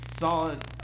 solid